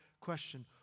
question